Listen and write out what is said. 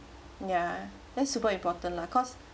yeah that's super important lah cause